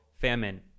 Famine